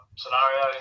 scenario